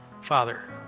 Father